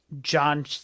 John